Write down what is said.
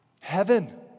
heaven